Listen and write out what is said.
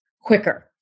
quicker